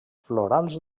florals